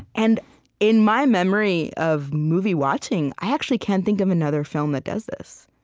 and in my memory of movie-watching, i actually can't think of another film that does this.